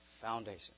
foundation